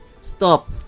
stop